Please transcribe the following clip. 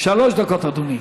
שלוש דקות, אדוני.